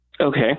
Okay